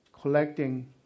collecting